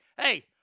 hey